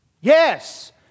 Yes